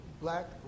black